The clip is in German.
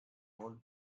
volt